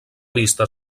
vista